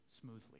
smoothly